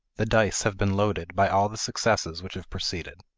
the dice have been loaded by all the successes which have preceded.